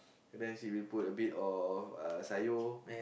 and then she will put a bit of uh sayur